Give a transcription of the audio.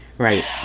Right